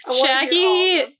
Shaggy